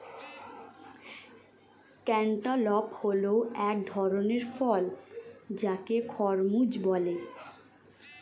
cantaloupe হল এক ধরণের ফল যাকে খরমুজ বলে